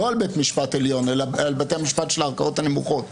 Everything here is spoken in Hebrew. לא על בית משפט עליון אלא על בתי המשפט של הערכאות הנמוכות.